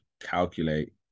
calculate